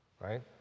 right